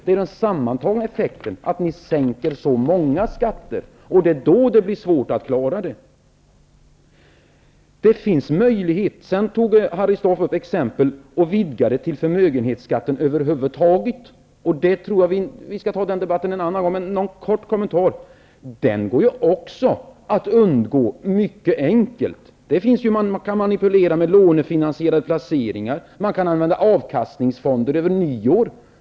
Det är den sammantagna effekten, att man sänker så många skatter, som gör att detta blir svårt att klara. Sedan tog Harry Staaf upp ytterligare exempel och vidgade det hela genom att tala om förmögenhetsskatten över huvud taget. Den debatten tror jag att vi skall föra en annan gång. Men jag skall kortfattat kommentera detta. Förmögenhetsskatten går också mycket enkelt att undgå. Man kan manipulera med lånefinansierade placeringar, och man kan använda avkastningsfonder över nyår.